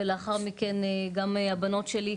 ולאחר מכן גם הבנות שלי,